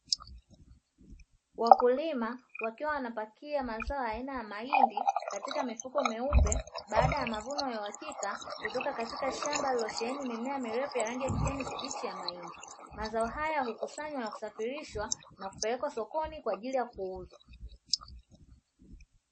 Wakulima wakiwa wanapakia mazao aina ya mahindi katika mifuko meupe baada ya mavuno ya uhakika kutoka katika shamba lililosheheni mazao ya kijani kibichi ya mahindi, mazao haya hukusanywa na kusafirishwa na kupelekwa sokoni kwa ajili kuuzwa.